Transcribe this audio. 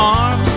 arm